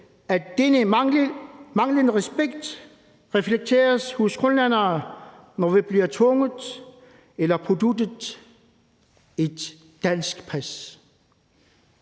at denne manglende respekt reflekteres hos grønlændere, når vi bliver påtvunget eller påduttet et dansk pas.